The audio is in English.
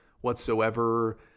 whatsoever